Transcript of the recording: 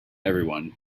everyone